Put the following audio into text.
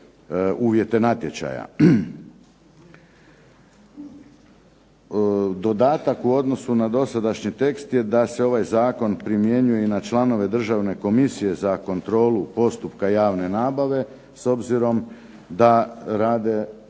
uvjete natječaja. Dodatak u odnosu na dosadašnji tekst je da se ovaj zakon primjenjuje i na članove državne komisije za kontrolu postupka javne nabave, s obzirom da rade upravo